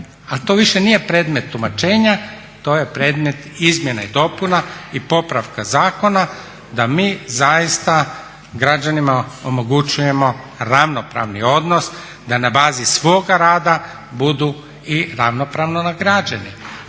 Ali to više nije predmet tumačenja, to je predmet izmjena i dopuna i popravka zakona da mi zaista građanima omogućujemo ravnopravni odnos, da na bazi svoga rada budu i ravnopravno nagrađeni.